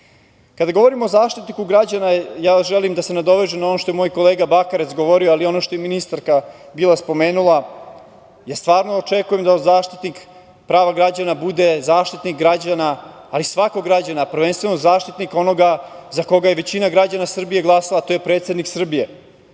govorimo o Zaštitniku građana, ja želim da se nadovežem na ono što je moj kolega Bakarec govorio, ali i ono što je ministarka bila spomenula. Ja stvarno očekujem da od Zaštitnika prava građana bude zaštitnik građana, ali svakog građana, prvenstveno zaštitnik onoga za koga je većina građana Srbije glasala, a to je predsednik Srbije. Meni